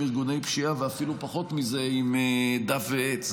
ארגוני פשיעה ואפילו פחות מזה עם דף ועט.